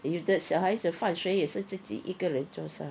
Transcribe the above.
有的小孩子放学也是自己一个人坐上